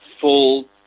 full